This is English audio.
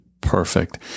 Perfect